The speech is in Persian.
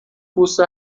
پوست